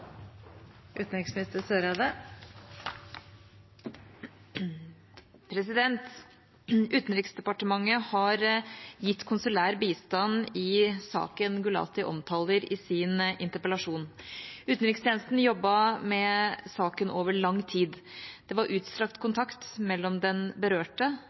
de blir avvist? Utenriksdepartementet har gitt konsulær bistand i saken Gulati omtaler i sin interpellasjon. Utenrikstjenesten jobbet med saken over lang tid. Det var utstrakt kontakt mellom den berørte,